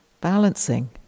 Balancing